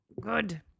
Good